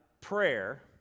prayer